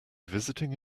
visiting